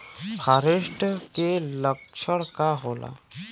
फारेस्ट के लक्षण का होला?